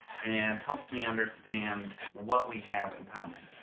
and, helps me understand what we have in common,